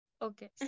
Okay